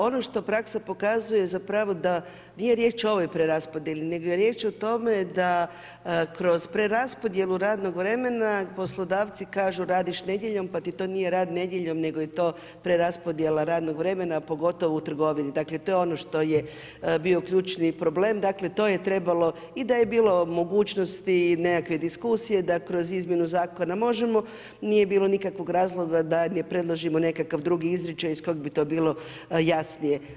Ono što praksa pokazuje zapravo da nije riječ o ovoj preraspodjeli, nego je riječ o tome da kroz preraspodjelu radnog vremena poslodavci kažu radiš nedjeljom pa ti to nije rad nedjeljom, nego je to preraspodjela radnog vremena, pogotovo u trgovini, dakle to je ono što je bio ključni problem. dakle to je trebalo i da je bilo u mogućnosti nekakve diskusije da kroz izmjenu zakona možemo, nije bilo nikakvog razloga da ne predložimo nekakav drugi izričaj iz kojeg bi to bilo jasnije.